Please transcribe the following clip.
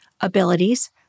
abilities